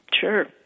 Sure